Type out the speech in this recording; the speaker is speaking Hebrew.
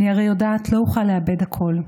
אני הרי יודעת, לא אוכל לאבד הכול,